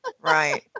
Right